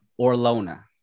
Orlona